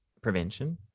prevention